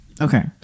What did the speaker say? Okay